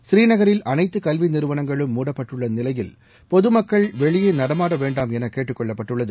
ஸ்ரீநகரில் அனைத்து கல்வி நிறுவனங்களும் மூடப்பட்டுள்ள நிலையில் பொது மக்கள் வெளியே நடமாட வேண்டாம் என கேட்டுக்கொள்ளப்பட்டுள்ளது